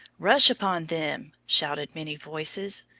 rush upon them, shouted many voices.